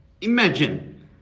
imagine